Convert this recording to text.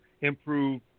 improve